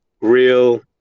real